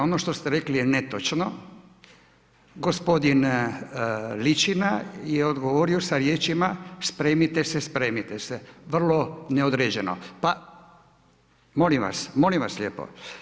Ono što rekli je netočno, gospodin Ličina je odgovorio sa riječima „Spremite se, spremite se“, vrlo neodređeno pa molim vas, molim vas lijepo.